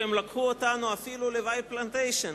שהם לקחו אותנו אפילו ל"וואי פלנטיישן"